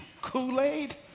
Kool-Aid